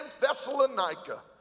Thessalonica